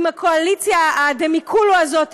עם הקואליציה הדמיקולו הזאת,